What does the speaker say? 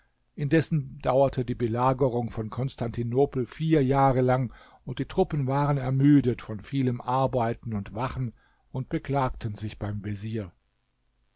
indessen dauerte die belagerung von konstantinopel vier jahre lang und die truppen waren ermüdet von vielem arbeiten und wachen und beklagten sich beim vezier